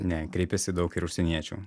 ne kreipiasi daug ir užsieniečių